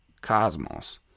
cosmos